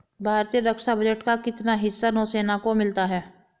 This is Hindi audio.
भारतीय रक्षा बजट का कितना हिस्सा नौसेना को मिलता है?